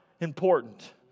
important